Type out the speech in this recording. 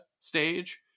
stage